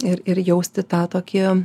ir ir jausti tą tokį